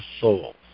souls